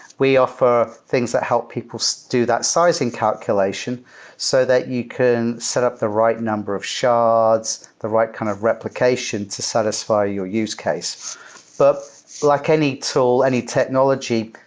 we are four things that help people so do that sizing calculation so that you can set up the right number of shards, the right kind of replication to satisfy your use case. but like any tool, any technology,